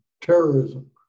terrorism